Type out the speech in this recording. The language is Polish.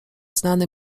znany